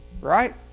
Right